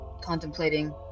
contemplating